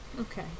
Okay